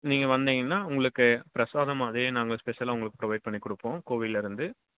நீங்கள் வந்திங்கனா உங்களுக்கு ப்ரசாதம் அதையும் நாங்கள் ஸ்பெஷலாக உங்களுக்கு ப்ரொவைட் பண்ணிக் கொடுப்போம் கோவிலில் இருந்து